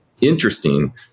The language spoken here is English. Interesting